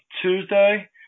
Tuesday